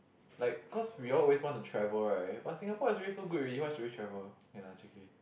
like cause we all always want to travel right but Singapore is already so good already why should we travel